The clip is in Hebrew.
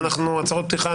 והצהרות פתיחה,